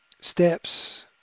steps